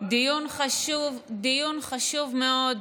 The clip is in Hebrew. דיון חשוב, דיון חשוב מאוד,